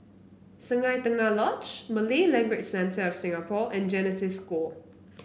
Sungei Tengah Lodge Malay Language Centre of Singapore and Genesis School